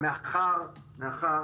ומאחר